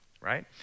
right